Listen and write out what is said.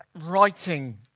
writing